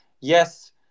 yes